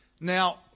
Now